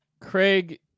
Craig